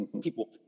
people